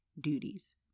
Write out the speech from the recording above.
duties